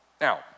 Now